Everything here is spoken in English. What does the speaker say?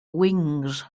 wings